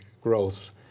growth